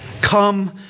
Come